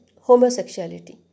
homosexuality